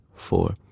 four